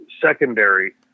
secondary